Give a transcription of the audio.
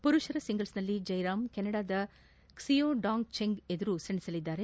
ಪುರುಷರ ಸಿಂಗಲ್ಸ್ನಲ್ಲಿ ಜಯರಾಮ್ ಕೆನಡಾದ ಕ್ಸಿಯೋಡಾಂಗ್ ಚೆಂಗ್ ಎದುರು ಸೆಣಸಲಿದ್ದಾರೆ